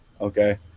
Okay